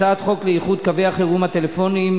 הצעת חוק לאיחוד קווי החירום הטלפוניים.